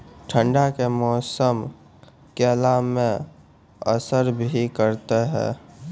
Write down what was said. ठंड के मौसम केला मैं असर भी करते हैं?